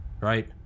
Right